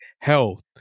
health